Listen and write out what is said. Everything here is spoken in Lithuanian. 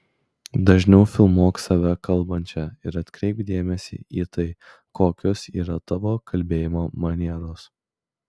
dažniau filmuok save kalbančią ir atkreipk dėmesį į tai kokios yra tavo kalbėjimo manieros